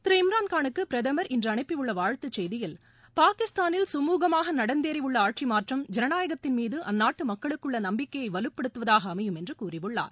திரு இம்ராள் கானுக்கு பிரதமர் இன்று அனுப்பியுள்ள வாழ்த்து செய்தியில் பாகிஸ்தானில் சுமுகமாக நடந்தேறியுள்ள ஆட்சி மாற்றம் ஜனநாயகத்தின்மீது அந்நாட்டு மக்களுக்குள்ள நம்பிக்கையை வலுப்படுத்துவதாக அமையும் என்று கூறியுள்ளார்